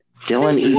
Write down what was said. Dylan